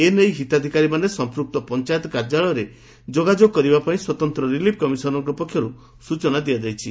ଏନେଇ ହିତାଧିକାରୀମାନେ ସମ୍ମୂକ୍ତ ପଞାୟତ କାର୍ଯ୍ୟାଳୟରେ ଯୋଗାଯୋଗ କରିବାପାଇଁ ସ୍ୱତନ୍ତ ରିଲିଫ୍ କମିଶନର୍ଙ୍ ପକ୍ଷରୁ ସ୍ୱଚନା ଦିଆଯାଇଛି